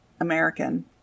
american